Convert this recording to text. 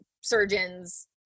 surgeons